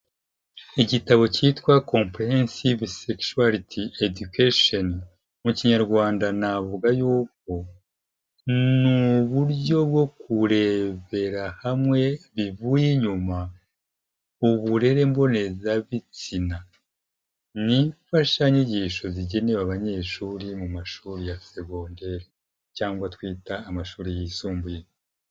Igitabo cyitwa" Comprehensive Sexuality Education" mu Kinyarwanda navuga yuko ni uburyo bwo kurebera hamwe bivuye inyuma uburere mbonezabitsina. Ni imfashanyigisho zigenewe abanyeshuri mu mashuri ya secondaire cyangwa twita "Amashuri yisumbuye".